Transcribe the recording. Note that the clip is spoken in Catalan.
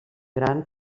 gran